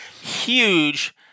huge